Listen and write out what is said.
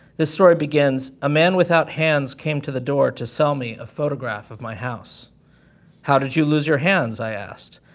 this story begins, a man without hands came to the door to sell me a photograph of my house how did you lose your hands? i asked,